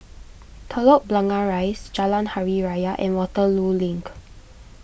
Telok Blangah Rise Jalan Hari Raya and Waterloo Link